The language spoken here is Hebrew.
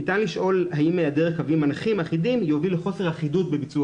ניתן לשאול האם היעדר קווים מנחים אחידים יביא לחוסר אחידות בביצוע